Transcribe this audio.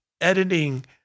editing